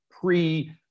pre